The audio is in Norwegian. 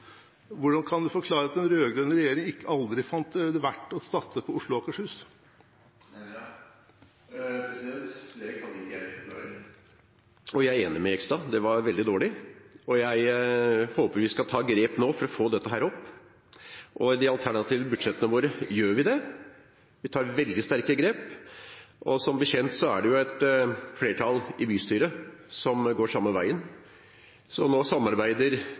Hvordan kan en forklare at den rød-grønne regjeringen aldri fant det verdt å satse på Oslo og Akershus? Det kan ikke jeg forklare. Jeg er enig med representanten Jegstad – det var veldig dårlig. Jeg håper vi skal ta grep nå for å få dette opp. I de alternative budsjettene våre gjør vi det. Vi tar veldig sterke grep. Og som kjent er det et flertall i bystyret som går samme veien, så nå samarbeider